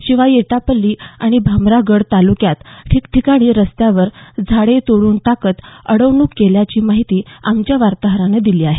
शिवाय एटापछ्ठी आणि भामरागड तालुक्यात ठिकठिकाणी रस्त्यावर झाडे तोडून टाकत अडवणूक केल्याची माहिती आमच्या वार्ताहरानं दिली आहे